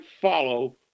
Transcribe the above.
follow